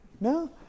No